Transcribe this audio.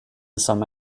some